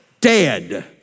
dead